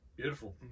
beautiful